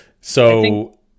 So-